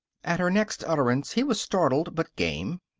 at her next utterance he was startled but game.